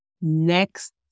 Next